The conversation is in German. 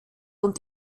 und